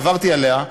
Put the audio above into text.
ועברתי עליה,